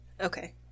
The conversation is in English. Okay